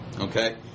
Okay